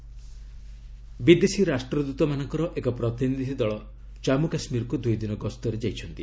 JK envoys ବିଦେଶୀ ରାଷ୍ଟ୍ରଦୃତମାନଙ୍କର ଏକ ପ୍ରତିନିଧି ଦଳ ଜାମ୍ମୁ କାଶ୍ମୀରକୁ ଦୁଇଦିନ ଗସ୍ତରେ ଯାଇଛନ୍ତି